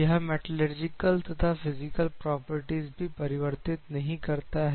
यह मेटालर्जिकल तथा physical properties भी परिवर्तित नहीं करता है